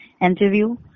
interview